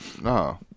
No